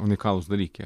unikalūs dalykai